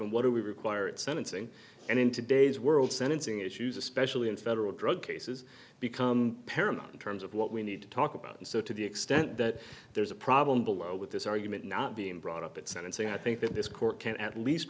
and what do we require at sentencing and in today's world sentencing issues especially in federal drug cases become paramount in terms of what we need to talk about and so to the extent that there's a problem below with this argument not being brought up at sentencing i think that this court can at least